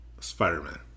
Spider-Man